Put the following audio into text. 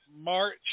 March